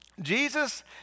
Jesus